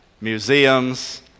museums